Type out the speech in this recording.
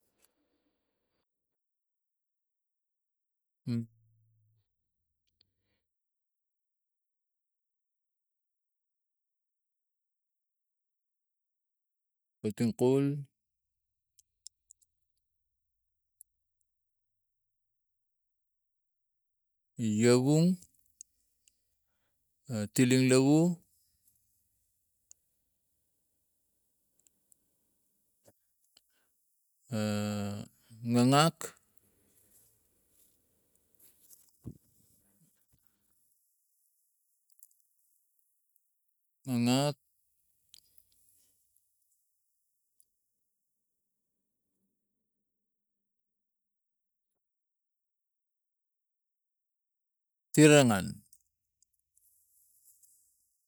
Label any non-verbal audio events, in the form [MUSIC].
[HESITATION] potongkol ianong tiling lov [HESITATION] ngagak tirangan.